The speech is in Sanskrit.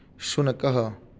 शुनकः